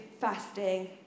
fasting